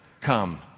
come